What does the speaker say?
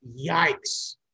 Yikes